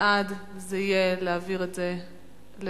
בעד זה יהיה להעביר את זה לוועדה,